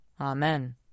Amen